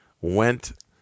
went